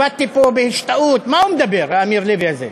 הבטתי בו בהשתאות, מה הוא מדבר האמיר לוי הזה?